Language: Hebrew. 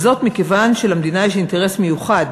מכיוון שלמדינה יש אינטרס מיוחד